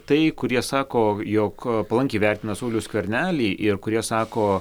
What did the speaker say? tai kurie sako jog palankiai vertina saulių skvernelį ir kurie sako